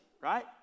right